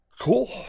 Cool